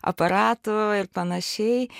aparatų ir panašiai